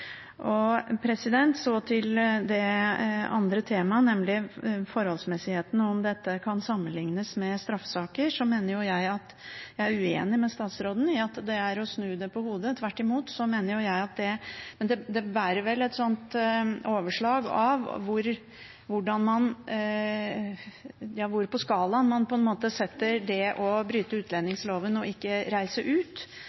Så til det andre temaet, nemlig forholdsmessigheten og om dette kan sammenlignes med straffesaker. Jeg er uenig med statsråden i at det er å snu det på hodet. Tvert imot mener jeg at det er et overslag over hvor på skalaen man plasserer det å bryte utlendingsloven og ikke reise ut. Vi har jo hatt andre saker her i Stortinget der regjeringen har fått gjennomslag for at det på en måte